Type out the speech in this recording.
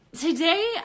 Today